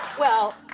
well,